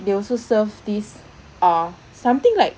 they also serve this uh something like